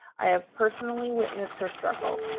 i have personally witnessed her struggle.